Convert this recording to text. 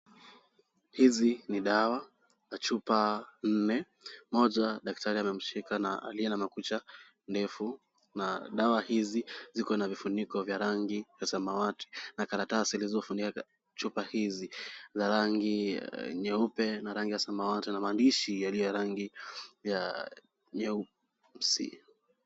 Hizi ni dawa na chupa nne, mmoja daktari amemshika na aliye na makucha ndefu, na dawa hizi ziko na vifuniko za rangi ya samawati na karatasi zilizofunika chupa hizi za rangi nyeupe na rangi ya samawati na maandishi yaliyo ya rangi ya nyeusi.